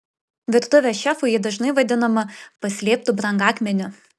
virtuvės šefų ji dažnai vadinama paslėptu brangakmeniu